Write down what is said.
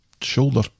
shoulder